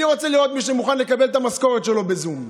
אני רוצה לראות מישהו שמוכן לקבל את המשכורת שלו בזום.